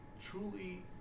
Truly